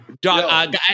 Dog